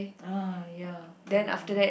ah ya ah